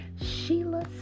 Sheila